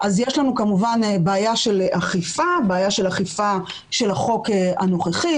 אז יש לנו כמובן בעיה של אכיפה של החוק הנוכחי,